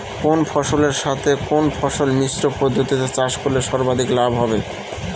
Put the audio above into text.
কোন ফসলের সাথে কোন ফসল মিশ্র পদ্ধতিতে চাষ করলে সর্বাধিক লাভ হবে?